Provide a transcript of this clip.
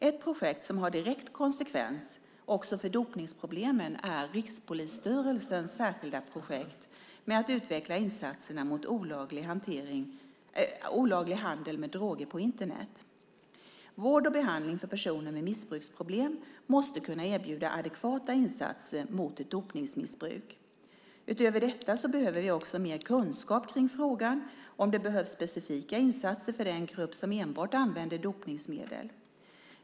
Ett projekt som har direkt konsekvens också för dopningsproblemen är Rikspolisstyrelsens särskilda projekt med att utveckla insatserna mot olaglig handel med droger på Internet. Vård och behandling för personer med missbruksproblem måste kunna erbjuda adekvata insatser mot ett dopningsmissbruk. Utöver detta behöver vi också mer kunskap om frågan och ta reda på om det behövs specifika insatser för den grupp som enbart använder dopningsmedel.